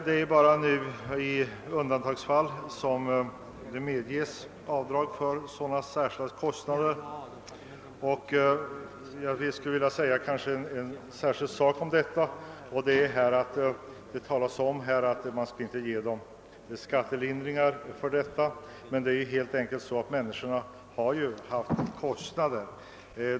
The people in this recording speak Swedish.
Det är bara i undantagsfall som avdrag medges för särskilda kostnader. Det framhålles att vederbörande inte bör få skattelindring, men människorna i fråga har ju faktiskt haft kostnader.